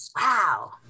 Wow